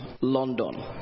London